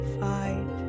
five